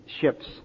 ships